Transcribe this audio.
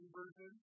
version